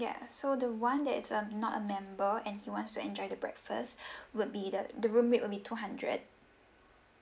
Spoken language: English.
ya so the one that is um not a member and he wants to enjoy the breakfast would be the the room rate would be two hundred